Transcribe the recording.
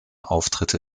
auftritte